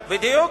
בדיוק,